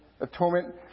atonement